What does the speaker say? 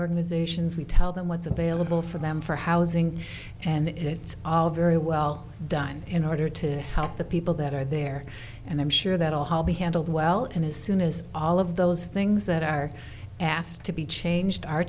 organizations we tell them what's available for them for housing and it's all very well done in order to help the people that are there and i'm sure that i'll be handled well and as soon as all of those things that are asked to be changed